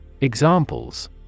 Examples